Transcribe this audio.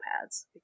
pads